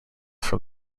from